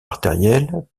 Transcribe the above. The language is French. artérielle